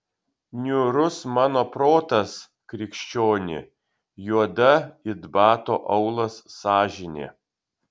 niūrus mano protas krikščioni juoda it bato aulas sąžinė